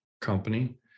company